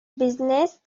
business